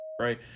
right